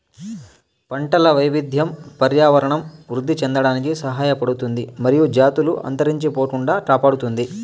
పంటల వైవిధ్యం పర్యావరణం వృద్ధి చెందడానికి సహాయపడుతుంది మరియు జాతులు అంతరించిపోకుండా కాపాడుతుంది